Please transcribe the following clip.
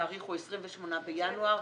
התאריך הוא 28 בינואר,